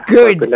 Good